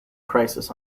crisis